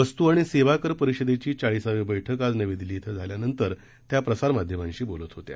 वस्तू आणि सेवा कर पखिदेची चाळीसावी बैठक आज नवी दिल्ली इथं झाल्यानंतर त्या प्रसारमाध्यमांशी बोलत होत्या